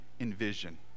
envision